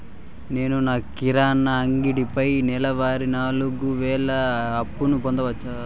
నేను కిరాణా అంగడి పైన నెలవారి నాలుగు వేలు అప్పును పొందొచ్చా?